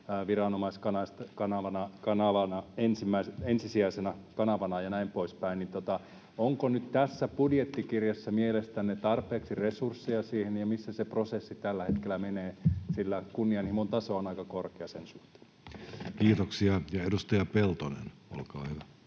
viranomaiskanava ensisijaisena kanavana ja näin poispäin. Onko nyt tässä budjettikirjassa mielestänne tarpeeksi resursseja siihen, ja missä se prosessi tällä hetkellä menee, sillä kunnianhimon taso on aika korkea sen suhteen? Kiitoksia. — Edustaja Peltonen, olkaa hyvä.